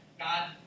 God